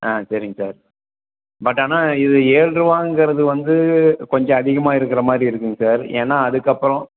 ஆ சரிங்க sir but ஆனால் இது ஏழு ரூபாங்குறது வந்து கொஞ்சம் அதிகமாக இருக்கிற மாதிரி இருக்குதுங்க சார் ஏன்னால் அதுக்கு அப்புறம்